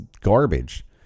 garbage